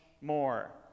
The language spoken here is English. more